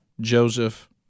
Joseph